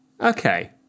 Okay